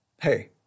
Hey